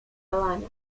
habana